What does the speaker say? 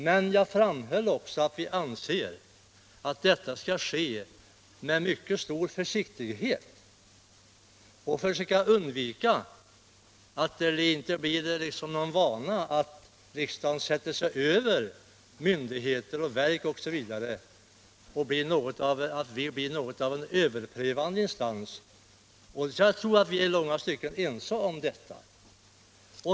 Men jag framhöll också att vi anser att detta skall ske med mycket stor försiktighet och att man skall försöka undvika att det liksom blir någon vana att riksdagen sätter sig över myndigheter och verk och blir något av en överprövande instans. Och jag tror att vi i långa stycken är ense om detta.